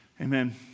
Amen